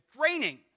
draining